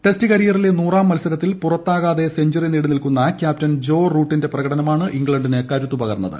test കരിയറിലെ നൂറാം മത്സരത്തിൽ പുറത്താകാതെ സെഞ്ചുറി നേടിയ ക്യാപ്റ്റൻ ജോ റൂട്ടിന്റെ പ്രകടനമാണ് ഇംഗ്ലണ്ടിന് കരുത്തുപകർന്നത്